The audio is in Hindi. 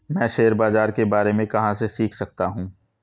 मैं शेयर बाज़ार के बारे में कहाँ से सीख सकता हूँ?